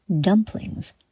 dumplings